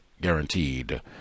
guaranteed